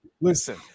Listen